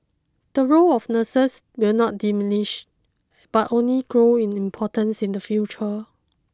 the role of nurses will not diminish but only grow in importance in the future